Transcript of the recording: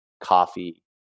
coffee